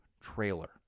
trailer